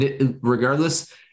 Regardless